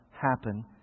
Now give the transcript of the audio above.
happen